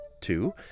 Two